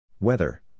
Weather